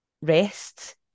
rest